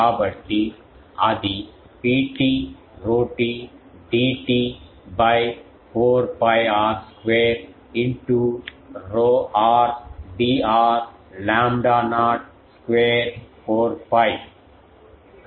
కాబట్టి అది Pt ρt Dt by 4 𝜋 r square into ρr Dr lambda naught square 4 𝜋